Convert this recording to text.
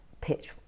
pitch